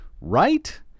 Right